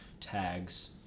tags